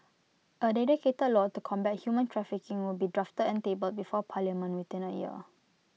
A dedicated law to combat human trafficking will be drafted and tabled before parliament within A year